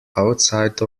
outside